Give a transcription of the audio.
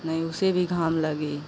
नहीं उसे भी घाम लगे